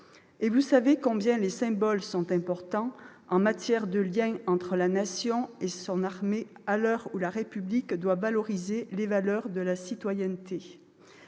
Et vous savez combien les symboles sont importants en matière de lien entre la Nation et son armée à l'heure où la République doit promouvoir les valeurs de la citoyenneté.